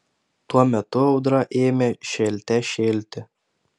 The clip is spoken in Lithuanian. tuo metu audra ėmė šėlte šėlti